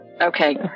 okay